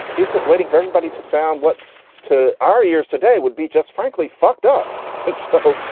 he was just waiting for everybody to sound what to our ears today would be just frankly fucked up and spoke.